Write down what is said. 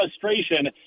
frustration